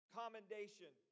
commendation